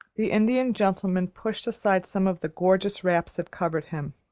the indian gentleman pushed aside some of the gorgeous wraps that covered him.